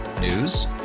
News